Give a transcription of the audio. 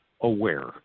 aware